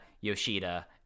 yoshida